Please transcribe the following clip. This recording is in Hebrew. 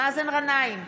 מאזן גנאים,